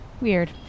weird